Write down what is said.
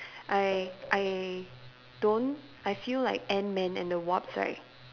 I I don't I feel like ant man and the wasp right